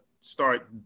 start